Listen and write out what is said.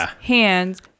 hands